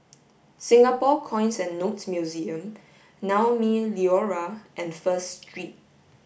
Singapore Coins and Notes Museum Naumi Liora and First Street